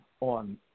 on